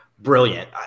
brilliant